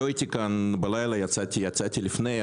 לא היית כאן בלילה כי יצאתי לפני,